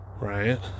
Right